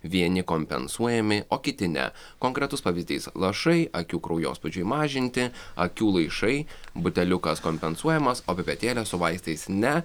vieni kompensuojami o kiti ne konkretus pavyzdys lašai akių kraujospūdžiui mažinti akių laišai buteliukas kompensuojamas o pipetėlė su vaistais ne